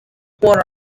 were